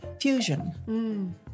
fusion